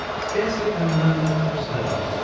scarcely a murmur was heard.